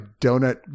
donut